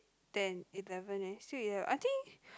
ten eleven eh still eleven I think